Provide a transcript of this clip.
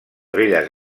belles